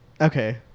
Okay